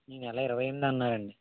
ఈ నెల ఇరవై ఎనిమిదిన అన్నారు అండి